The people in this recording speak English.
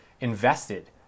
invested